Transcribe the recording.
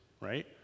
right